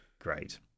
Great